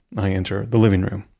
i enter the living room.